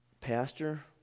Pastor